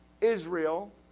Israel